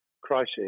crisis